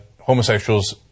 homosexuals